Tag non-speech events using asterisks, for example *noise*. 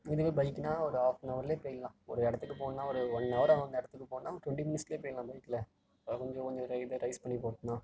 இதுவே பைக்குனால் ஒரு ஆஃப் அன் அவர்லேயே போயிடலாம் ஒரு இடத்துக்கு போகணும்னா ஒரு ஒன் அவர் ஆகும் அந்த இடத்துக்கு போகணும்னா நம்ம டுவெண்ட்டி மினிட்ஸ்லேயே போயிடலாம் பைக்கில் *unintelligible* கொஞ்சம் இதை இதை ரைஸ் பண்ணி ஓட்டுனால்